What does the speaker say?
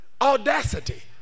audacity